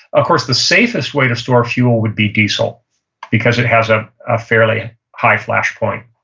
of course, the safest way to store fuel would be diesel because it has ah a fairly high flash point.